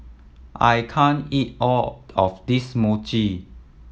I can't eat all of this Mochi